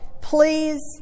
please